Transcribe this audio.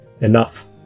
enough